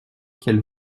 qu’elle